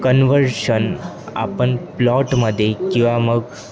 conversion आपण प्लॉटमध्ये किंवा मग